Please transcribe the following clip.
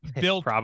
built